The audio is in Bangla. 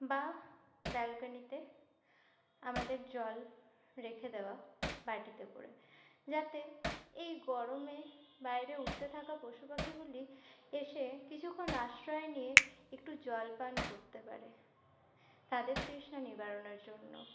বা ব্যালকনিতে আমাদের জল রেখে দেওয়া বাটিতে করে যাতে এই গরমে বাইরে উড়তে থাকা পশুপাখিগুলি এসে কিছুক্ষণ আশ্রয় নিয়ে একটু জল পান করতে পারে তাদের তৃষ্ণা নিবারণের জন্য